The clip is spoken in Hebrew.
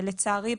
לצערי,